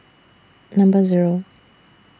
Number Zero